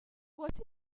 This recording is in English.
what